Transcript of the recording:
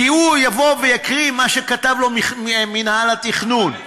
כי הוא יבוא ויקריא מה שכתב לו מינהל התכנון,